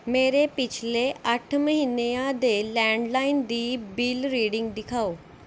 ਮੇਰੇ ਪਿਛਲੇ ਅੱਠ ਮਹੀਨਿਆਂ ਦੇ ਲੈਂਡਲਾਈਨ ਦੀ ਬਿੱਲ ਰੀਡਿੰਗ ਦਿਖਾਓ